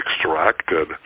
extracted